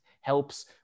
helps